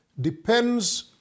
depends